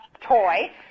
toy